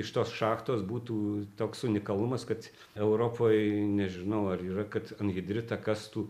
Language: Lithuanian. iš tos šachtos būtų toks unikalumas kad europoj nežinau ar yra kad anhidritą kastų